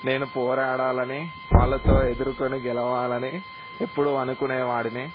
నేను పోరాడాలని వాళ్ళతో ఎదురుకొని గెలవాలని ఎప్పుడూ అనుకునేవాడిని